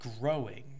growing